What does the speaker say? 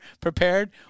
prepared